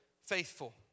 faithful